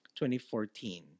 2014